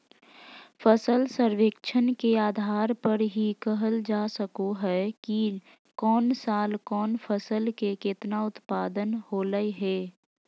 फसल सर्वेक्षण के आधार पर ही कहल जा सको हय कि कौन साल कौन फसल के केतना उत्पादन होलय हें